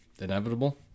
inevitable